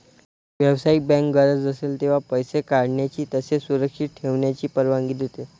व्यावसायिक बँक गरज असेल तेव्हा पैसे काढण्याची तसेच सुरक्षित ठेवण्याची परवानगी देते